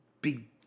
big